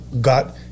got